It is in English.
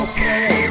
Okay